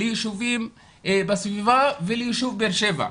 ליישובים בסביבה וליישוב באר שבע.